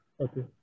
Okay